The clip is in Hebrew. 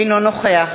אינו נוכח